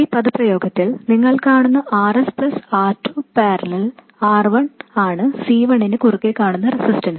ഈ എക്സ്പ്രഷനിൽ നിങ്ങൾ കാണുന്ന R s R 2 ∥ R 1 ആണ് C 1 നു കുറുകെ കാണുന്ന റെസിസ്റ്റൻസ്